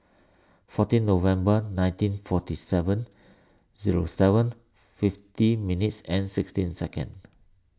fourteen November nineteen forty seven zero seven fifty minutes and sixteen second